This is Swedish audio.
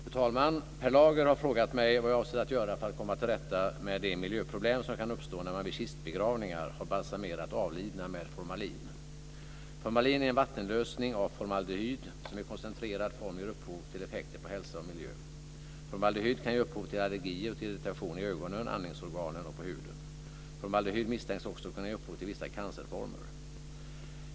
Fru talman! Per Lager har frågat mig vad jag avser att göra för att komma till rätta med de miljöproblem som kan uppstå när man vid kistbegravningar har balsamerat avlidna med formalin. Formalin är en vattenlösning av formaldehyd som i koncentrerad form ger upphov till effekter på hälsa och miljö. Formaldehyd kan ge upphov till allergier och till irritation i ögonen, andningsorganen och på huden. Formaldehyd misstänks också kunna ge upphov till vissa cancerformer.